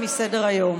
לא להתחתן ולא למות.